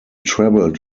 traveled